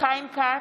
חיים כץ,